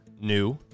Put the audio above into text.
new